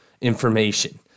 information